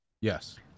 Yes